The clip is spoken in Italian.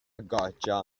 goccia